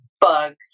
bugs